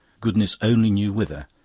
goodness only knew whither,